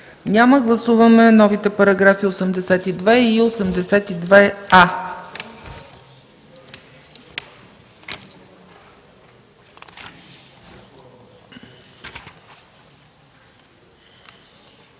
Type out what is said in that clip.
Няма. Гласуваме новите параграфи 82 и 82а.